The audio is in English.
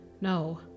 No